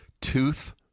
Tooth